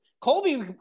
Colby